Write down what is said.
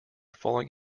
falling